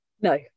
No